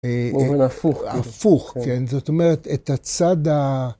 מובן הפוך. הפוך, כן. זאת אומרת, את הצד ה...